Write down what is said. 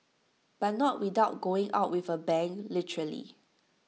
but not without going out with A bang literally